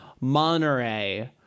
Monterey